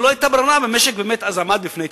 לא היתה אז ברירה, כי המשק אז עמד בפני התמוטטות.